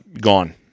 Gone